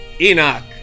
Enoch